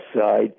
side